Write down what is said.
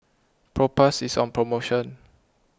Propass is on promotion